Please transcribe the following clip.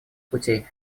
путей